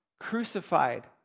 crucified